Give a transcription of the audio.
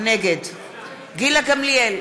נגד גילה גמליאל,